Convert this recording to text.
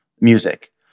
music